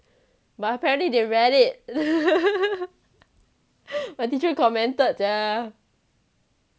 but apparently they read it my teacher commented sia